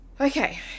Okay